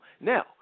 Now